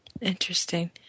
Interesting